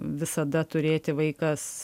visada turėti vaikas